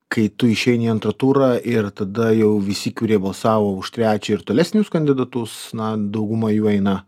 kai tu išeini į antrą turą ir tada jau visi kurie balsavo už trečią ir tolesnius kandidatus na dauguma jų eina